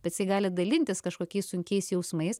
bet jisai gali dalintis kažkokiais sunkiais jausmais